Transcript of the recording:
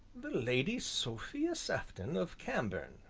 the lady sophia sefton of cambourne!